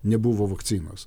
nebuvo vakcinos